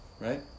right